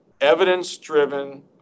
evidence-driven